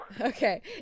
okay